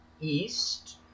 east